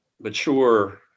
mature